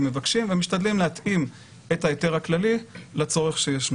מבקשים ומשתדלים להתאים את ההיתר הכללי לצורך שיש.